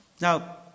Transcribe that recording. Now